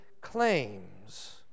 claims